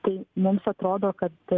tai mums atrodo kad